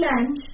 land